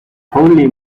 holy